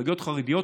מפלגות חרדיות,